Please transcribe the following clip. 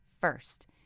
first